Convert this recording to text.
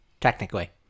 technically